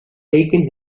taken